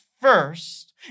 first